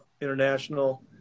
International